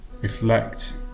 Reflect